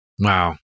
Wow